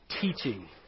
teaching